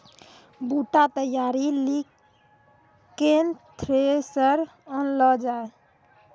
बूटा तैयारी ली केन थ्रेसर आनलऽ जाए?